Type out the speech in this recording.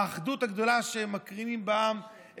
האחדות הגדולה שהם מקרינים בעם,